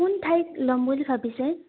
কোন ঠাইত ল'ম বুলি ভাবিছে